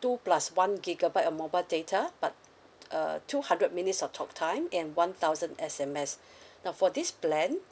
two plus one gigabyte of mobile data but err two hundred minutes of talk time and one thousand S_M_S now for this plan